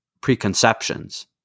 preconceptions